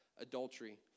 adultery